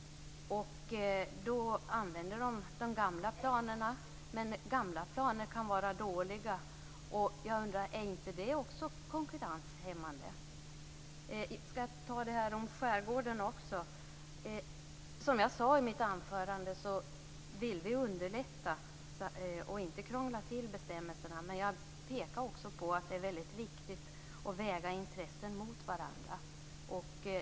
Då användes de gamla planerna, men gamla planer kan vara dåliga. Är inte det också konkurrenshämmande? Jag skall ta upp frågan om skärgården också. Som jag sade i mitt anförande vill vi underlätta och inte krångla till bestämmelserna, men jag pekade också på att det är väldigt viktigt att väga intressen mot varandra.